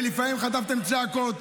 ולפעמים חטפתם צעקות,